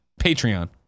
Patreon